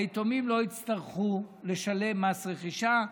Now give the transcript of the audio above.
היתומים לא יצטרכו לשלם מס רכישה.